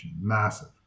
massive